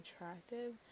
attractive